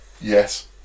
Yes